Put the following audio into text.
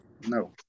no